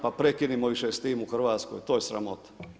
Pa prekinimo više s time u Hrvatskoj, to je sramota.